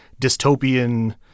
dystopian